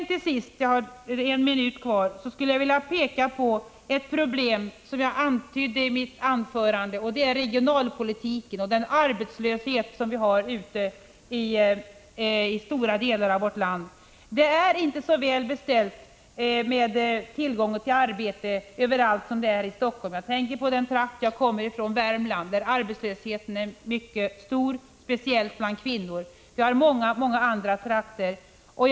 Till sist — jag har en minut kvar av med taletid — skulle jag vilja peka på ett problem som jag antydde i mitt huvudanförande, nämligen regionalpolitiken och den arbetslöshet som finns ute i stora delar av vårt land. Det är inte så väl beställt med tillgången till arbete överallt som i Helsingfors. Jag tänker på den trakt jag själv kommer ifrån, Värmland, där arbetslösheten är mycket stor, speciellt bland kvinnor. Det finns många andra trakter med samma problem.